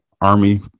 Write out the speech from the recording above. army